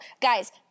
Guys